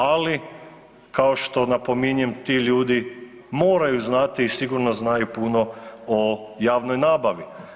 Ali kao što napominjem, ti ljudi moraju znati i sigurno znaju puno o javnoj nabavi.